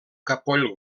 capoll